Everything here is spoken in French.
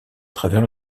travers